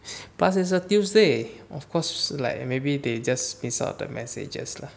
plus it's a tuesday of course like maybe they just missed out the messages lah